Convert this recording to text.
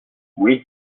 oui